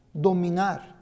dominar